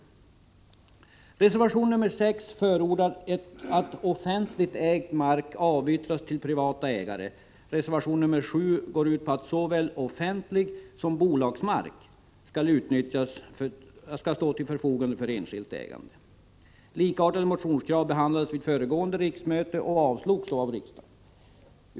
I reservation 6 förordas att offentligt ägd mark avyttras till privata ägare. Reservation 7 går ut på att såväl offentlig mark som bolagsmark skall stå till förfogande för enskilt ägande. Likartade motionskrav behandlades av föregående riksmöte och avslogs då av riksdagen.